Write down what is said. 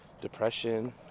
depression